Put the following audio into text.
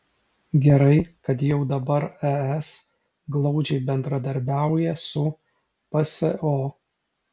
gerai kad jau dabar es glaudžiai bendradarbiauja su pso